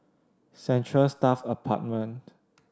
Central Staff Apartment